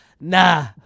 Nah